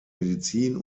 medizin